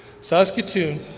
Saskatoon